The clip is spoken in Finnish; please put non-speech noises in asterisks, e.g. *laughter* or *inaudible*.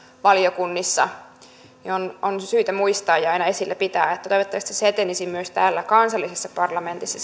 valiokunnissa on syytä muistaa ja aina esillä pitää että toivottavasti se pohjoismaisen näkökulman esiintuominen etenisi myös täällä kansallisessa parlamentissa *unintelligible*